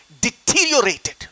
deteriorated